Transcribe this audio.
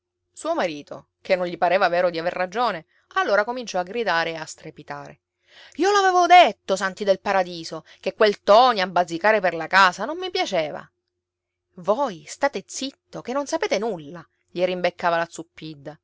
suo marito che non gli pareva vero di aver ragione allora cominciò a gridare e a strepitare io l'avevo detto santi del paradiso che quel ntoni a bazzicare per la casa non mi piaceva voi state zitto che non sapete nulla gli rimbeccava la